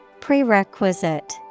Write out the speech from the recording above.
Prerequisite